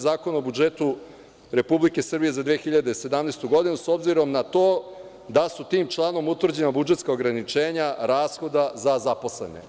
Zakona o budžetu Republike Srbije za 2017. godinu, s obzirom na to da su tim članom utvrđena budžetska ograničenja rashoda za zaposlene“